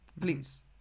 please